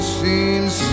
seems